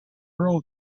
rural